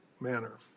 manner